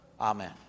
amen